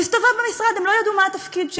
הוא הסתובב במשרד, הם לא ידעו מה התפקיד שלו,